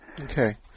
Okay